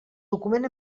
document